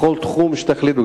בכל תחום שתחליטו,